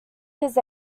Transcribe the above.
his